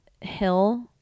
hill